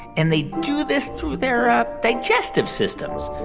and they do this through their ah digestive systems.